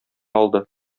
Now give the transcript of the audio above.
алды